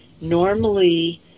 Normally